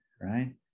right